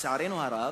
לצערנו הרב,